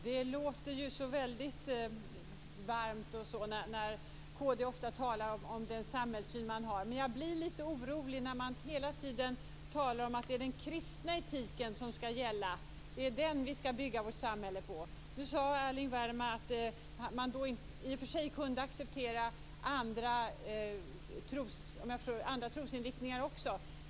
Herr talman! En kort fråga. Det låter så väldigt varmt när kristdemokrater talar om den samhällssyn man har. Men jag blir litet orolig när man hela tiden talar om att det är den kristna etiken som skall gälla. Det är den vi skall bygga vårt samhälle på. Nu sade Erling Wälivaara att man i och för sig kunde acceptera också andra trosinriktningar.